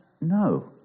No